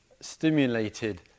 stimulated